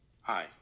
Hi